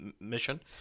mission